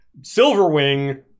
Silverwing